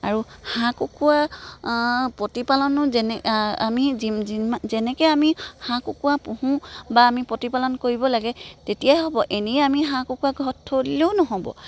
আৰু হাঁহ কুকুৰা প্ৰতিপালনো যেনে আমি যিমান যেনেকে আমি হাঁহ কুকুৰা পুহোঁ বা আমি প্ৰতিপালন কৰিব লাগে তেতিয়াই হ'ব এনেই আমি হাঁহ কুকুৰা ঘৰত থৈ দিলেও নহ'ব